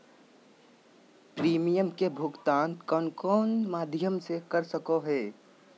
Premium के भुक्तान कौन कौन माध्यम से कर सको है?